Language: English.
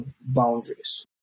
boundaries